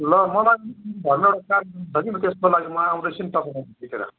ल मलाई नि घरमा अलिकति चाहिएको छ कि त्यसको लागि म आउँदैछु नि तपाईँकोमा बेलुकीतिर